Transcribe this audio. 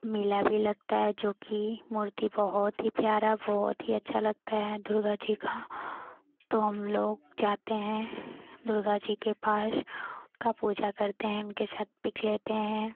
मेला भी लगता है जो कि मूर्ति बहुत ही प्यारा बहुत ही अच्छा लगता है दुर्गा जी का तो हम लोग जाते हैं दुर्गा जी के पास उनका पूजा करते हैं उनके साथ पिक लेते हैं